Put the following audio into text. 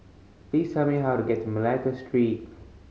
please tell me how to get to Malacca Street